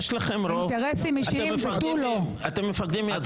יש לכם רוב, אתם מפחדים מהצבעה חשאית?